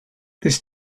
this